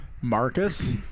Marcus